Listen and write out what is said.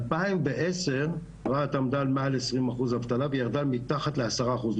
ב-2010 רהט עמדה על עשרים אחוז אבטלה והיא ירדה מתחת לעשרה אחוז,